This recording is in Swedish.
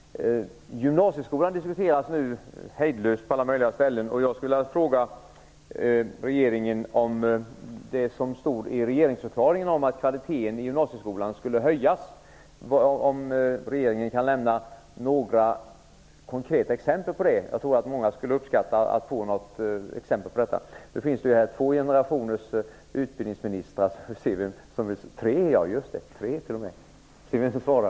Värderade talman! Gymnasieskolan diskuteras nu hejdlöst på alla möjliga ställen. Jag skulle vilja fråga om regeringen kan lämna några konkreta exempel på det som står i regeringsförklaringen om att kvaliteten i gymnasieskolan skulle höjas. Jag tror att många skulle uppskatta att få något exempel på detta. Två generationers utbildningsministrar är här, ja, t.o.m. tre, vi får se vem som svarar.